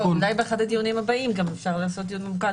אולי באחד הדיונים הבאים גם אפשר לעשות דיון ממוקד